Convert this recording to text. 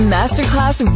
Masterclass